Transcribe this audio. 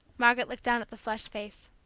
margaret looked down at the flushed face.